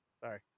sorry